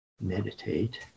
meditate